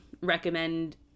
recommend